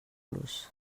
los